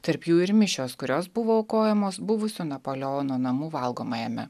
tarp jų ir mišios kurios buvo aukojamos buvusio napoleono namų valgomajame